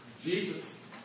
Jesus